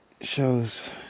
Shows